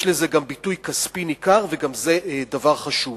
יש לזה גם ביטוי כספי ניכר וזה גם דבר חשוב.